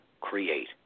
create